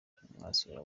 mwasura